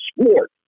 sport